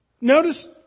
Notice